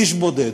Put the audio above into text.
איש בודד,